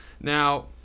now